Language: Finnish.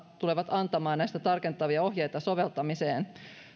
tulevat antamaan näistä tarkentavia ohjeita soveltamiseen